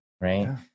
Right